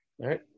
right